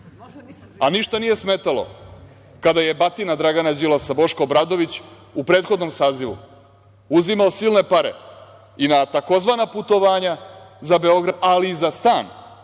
a ništa nije smetalo kada je batina Dragana Đilasa, Boška Obradovića u prethodnom sazivu uzimao silne pare i na tzv. putovanja za Beograd, ali i za stan